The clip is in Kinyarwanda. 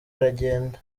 aragenda